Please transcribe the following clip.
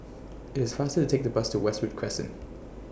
IT IS faster to Take The Bus to Westwood Crescent